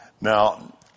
Now